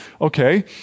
Okay